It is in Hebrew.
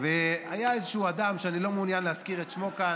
והיה איזשהו אדם שאני לא מעוניין להזכיר את שמו כאן,